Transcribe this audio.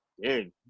dude